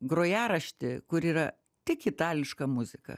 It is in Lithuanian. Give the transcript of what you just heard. grojaraštį kur yra tik itališka muzika